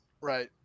right